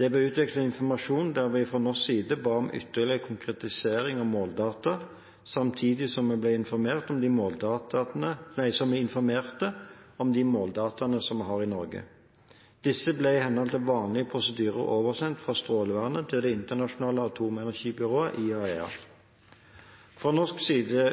Det ble utvekslet informasjon der vi fra norsk side ba om ytterligere konkretisering av måledata, samtidig som vi informerte om de måledataene vi har i Norge. Disse ble i henhold til vanlig prosedyre oversendt fra Strålevernet til det internasjonale atomenergibyrået IAEA. Fra norsk side